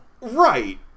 Right